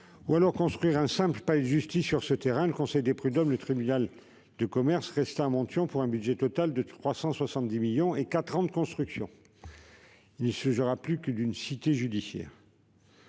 ans ou construire un simple palais de justice sur ce terrain, le conseil des prud'hommes et le tribunal de commerce restant à Monthyon pour un budget total de 370 millions d'euros et quatre ans de construction. Il ne s'agira alors plus d'une cité judiciaire.